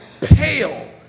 pale